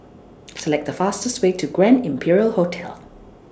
Select The fastest Way to Grand Imperial Hotel